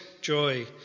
joy